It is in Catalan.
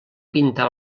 pintar